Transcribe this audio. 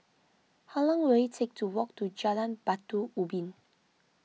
how long will it take to walk to Jalan Batu Ubin